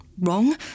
Wrong